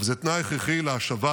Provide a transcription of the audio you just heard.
אבל זה תנאי הכרחי להשבת